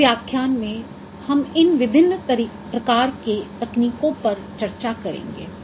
इस व्याख्यान में हम इन विभिन्न प्रकार की तकनीकों पर चर्चा करेंगे